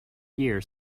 years